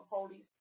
Holy